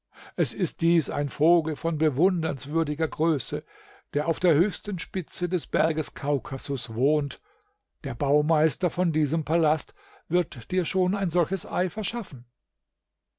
es ist dies ein vogel von bewundernswürdiger größe der auf der höchsten spitze des berges kaukasus wohnt der baumeister von diesem palast wird dir schon ein solches ei verschaffen